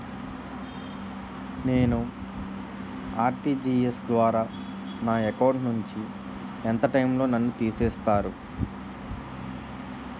నేను ఆ.ర్టి.జి.ఎస్ ద్వారా నా అకౌంట్ నుంచి ఎంత టైం లో నన్ను తిసేస్తారు?